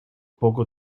poco